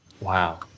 Wow